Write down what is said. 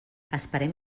esperem